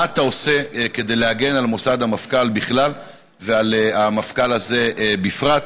מה אתה עושה כדי להגן על מוסד המפכ"ל בכלל ועל המפכ"ל הזה בפרט?